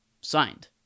signed